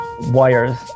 wires